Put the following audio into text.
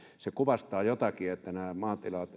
se kuvastaa jotakin että nämä maatilat